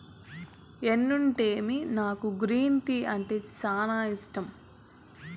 ఎన్నుంటేమి నాకు green tea అంటే సానా ఇష్టం